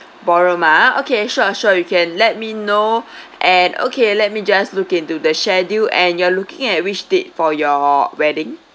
ballroom ah okay sure sure you can let me know and okay let me just look into the schedule and you're looking at which date for your wedding